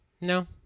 No